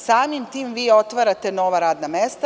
Samim tim vi otvarate nova radna mesta.